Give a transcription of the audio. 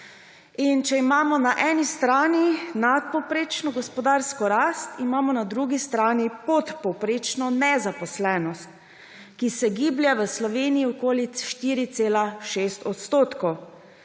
Če imamo na eni strani nadpovprečno gospodarsko rast, imamo na drugi strani podpovprečno nezaposlenost, ki se giblje v Sloveniji okoli 4,6 %, kar